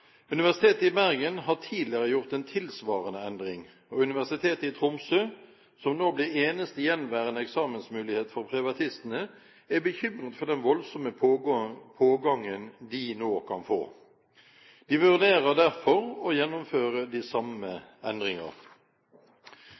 Universitetet i Bergen har tidligere gjort en tilsvarende endring, og Universitetet i Tromsø, som nå blir eneste gjenværende eksamensmulighet for privatistene, er bekymret for den voldsomme pågangen de nå kan få. De vurderer derfor å gjennomføre de samme endringer.